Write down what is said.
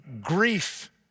grief